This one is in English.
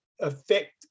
affect